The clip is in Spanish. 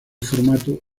formato